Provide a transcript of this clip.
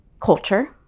culture